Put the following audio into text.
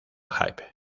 hype